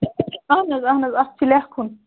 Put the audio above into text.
اہَن حظ اہَن حظ اتھ چھِ لیٚکھُن